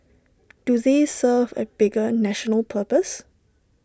do they serve A bigger national purpose